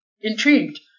intrigued